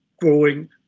growing